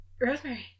Rosemary